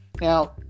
Now